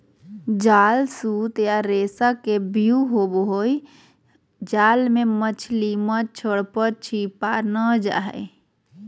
जाल सूत या रेशा के व्यूह होवई हई जाल मे मछली, मच्छड़, पक्षी पार नै जा हई